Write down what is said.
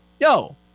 Yo